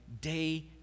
Day